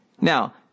Now